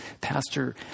Pastor